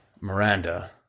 Miranda